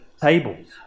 tables